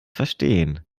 verstehen